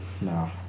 No